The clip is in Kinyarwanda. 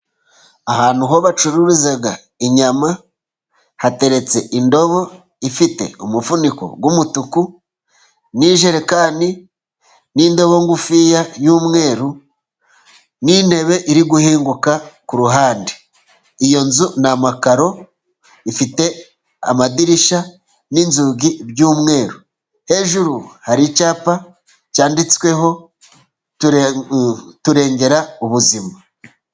Ahantu ho bacururiza inyama, hateretse indobo ifite umufuniko w'umutuku, n'ijerekani n'indobo ngufi y'umweru, n'intebe iri guhinguka ku ruhande. Iyo nzu ni amakaro, ifite amadirishya n'inzugi by'umweru, hejuru hari icyapa cyanditsweho ''turengera ubuzima''.